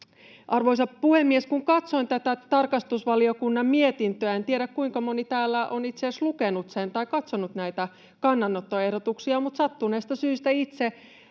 Arvoisa puhemies! Kun katsoin tätä tarkastusvaliokunnan mietintöä — en tiedä, kuinka moni täällä on itse asiassa lukenut sen tai katsonut näitä kannanottoehdotuksia, mutta sattuneesta syystä itse